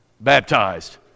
baptized